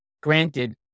Granted